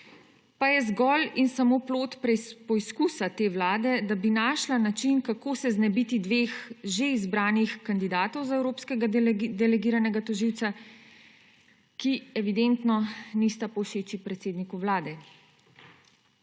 pa je zgolj in samo plod poskusa te vlade, da bi našla način, kako se znebiti dveh že izbranih kandidatov za evropskega delegiranega tožilca, ki evidentno nista povšeči predsedniku Vlade.